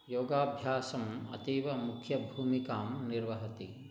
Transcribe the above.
योगाभ्यासः अतीवमुख्यभूमिकां निर्वहति